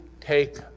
take